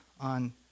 on